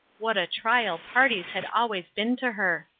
what a trial parties had always been to her!